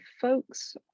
folks